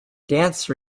dance